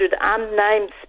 unnamed